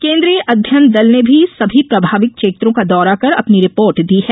केन्द्रीय अध्ययन दल ने भी सभी प्रभावित क्षेत्रों का दौरा कर अपनी रिपोर्ट दी है